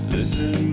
Listen